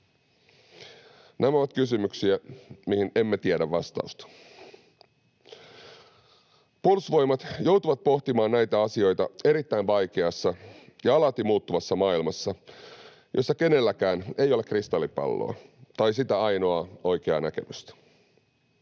Nämä ovat kysymyksiä, mihin emme tiedä vastausta. Puolustusvoimat joutuvat pohtimaan näitä asioita erittäin vaikeassa ja alati muuttuvassa maailmassa, jossa kenelläkään ei ole kristallipalloa tai sitä ainoaa oikeaa näkemystä.